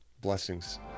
Blessings